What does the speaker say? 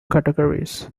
categories